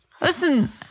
Listen